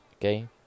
Okay